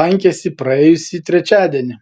lankėsi praėjusį trečiadienį